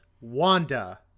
Wanda